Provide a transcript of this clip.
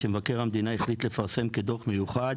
שמבקר המדינה החליט לפרסם כדוח מיוחד,